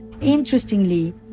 Interestingly